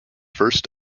first